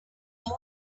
all